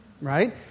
right